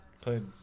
Played